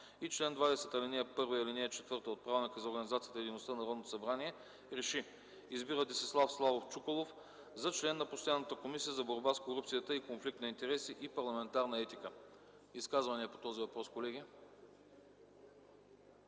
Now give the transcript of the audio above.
и чл. 20, ал. 1 и ал. 4 от Правилника за организацията и дейността на Народното събрание РЕШИ: Избира Десислав Славов Чуколов за член на постоянната Комисия за борба с корупцията и конфликт на интереси и парламентарна етика.” Изказвания по този въпрос, колеги?